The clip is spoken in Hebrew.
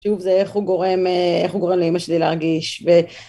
שוב, זה איך הוא גורם, איך הוא גורם לאמא שלי להרגיש.